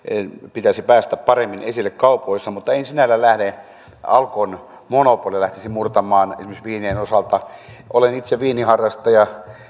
pitäisi päästä paremmin esille kaupoissa mutta en sinällään alkon monopolia lähtisi murtamaan esimerkiksi viinien osalta olen itse viiniharrastaja